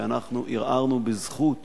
כי אנחנו ערערנו בזכות